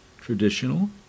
Traditional